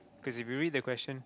cause if you read the question